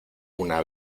una